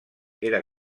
era